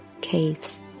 caves